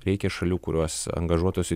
reikia šalių kurios angažuotųsi